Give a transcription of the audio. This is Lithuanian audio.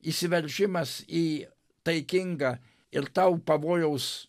įsiveržimas į taikingą ir tau pavojaus